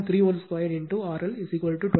312 RL 22